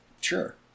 Sure